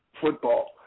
football